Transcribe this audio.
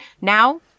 Now